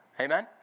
Amen